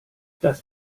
das